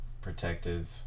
protective